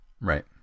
Right